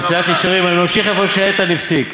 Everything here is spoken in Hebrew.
"מסילת ישרים", אני ממשיך איפה שאיתן הפסיק: